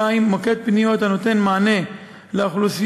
2. מוקד פניות הנותן מענה לאוכלוסייה,